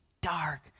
dark